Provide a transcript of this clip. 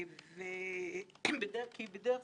יואב קיש, איילת נחמיאס ורבין, דב חנין, בבקשה.